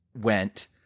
went